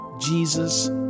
Jesus